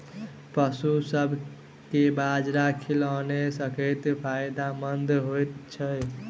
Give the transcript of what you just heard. पशुसभ केँ बाजरा खिलानै कतेक फायदेमंद होइ छै?